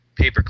paperclip